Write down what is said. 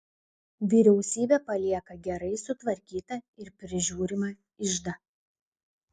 vyriausybė palieka gerai sutvarkytą ir prižiūrimą iždą